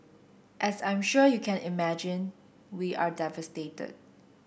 as I'm sure you can imagine we are devastated